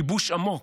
שיבוש עמוק,